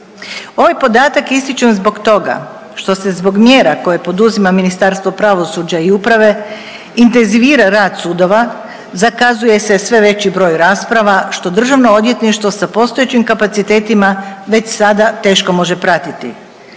Ovaj podatak ističem zbog toga što se zbog mjera koje poduzima Ministarstvo pravosuđa i uprave intenzivira rad sudova, zakazuje se sve veći broj rasprava što Državno odvjetništvo sa postojećim kapacitetima već sada teško može pratiti.